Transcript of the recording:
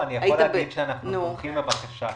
אנחנו תומכים בבקשה כמובן.